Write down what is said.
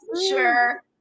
sure